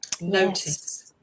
Notice